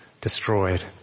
destroyed